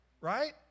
right